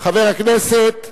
חבר הכנסת שאמה,